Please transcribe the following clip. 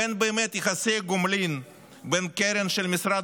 ואין באמת יחסי גומלין בין הקרן של משרד